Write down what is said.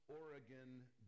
Oregon